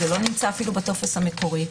זה לא נמצא אפילו בטופס המקורי.